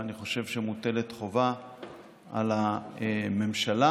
ואני חושב שמוטלת חובה על הממשלה